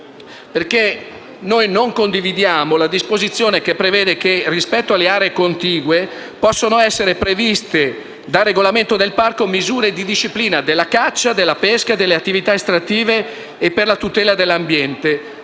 perché non condividiamo la disposizione secondo la quale, rispetto alle aree contigue, possono essere previste dal regolamento del parco misure di disciplina della caccia, della pesca, delle attività estrattive e per la tutela dell’ambiente,